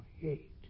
hate